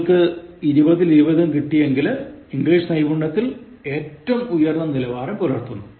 നിങ്ങൾക്ക് ഇരുപതിൽ ഇരുപതും കിട്ടി എങ്കിൽ ഇംഗ്ലീഷ് നൈപുണ്യത്തിൽ ഏറ്റം ഉയർന്ന നിലവാരം പുലർത്തുന്നു